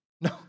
No